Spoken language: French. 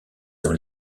dans